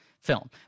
film